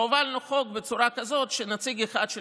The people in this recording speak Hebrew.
והובלנו חוק בצורה כזאת שנציג אחד של